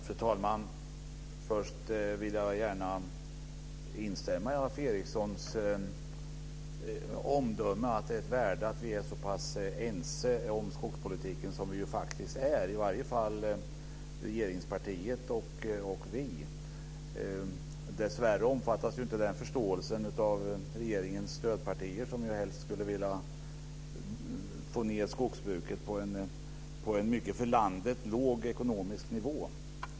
Fru talman! Först vill jag instämma i Alf Erikssons omdöme att det finns ett värde i att vi är så pass ense om skogspolitiken som vi faktiskt är. Det gäller i varje fall regeringspartiet och oss. Dessvärre omfattar inte den förståelsen regeringens stödpartier, som helst skulle vilja få ned skogsbruket på en för landet mycket låg ekonomisk nivå.